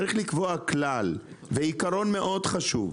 צריך לקבוע כלל ועיקרון מאוד חשוב,